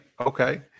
Okay